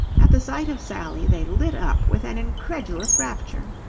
at the sight of sally they lit up with an incredulous rapture.